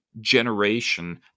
generation